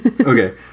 Okay